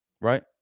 Right